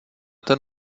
ten